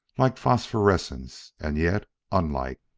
like phosphorescence and yet unlike.